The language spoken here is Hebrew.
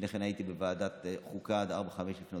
לפני כן הייתי בוועדת חוקה עד 05:00-04:00,